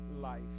life